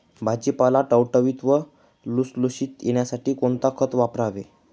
भाजीपाला टवटवीत व लुसलुशीत येण्यासाठी कोणते खत वापरावे?